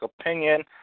opinion